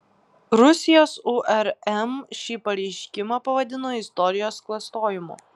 rusijos urm šį pareiškimą pavadino istorijos klastojimu